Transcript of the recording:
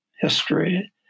history